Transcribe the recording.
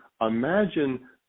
imagine